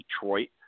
Detroit